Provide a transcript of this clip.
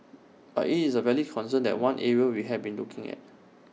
but IT is A valid concern that is one area we have been looking at